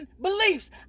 beliefs